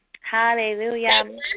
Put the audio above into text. Hallelujah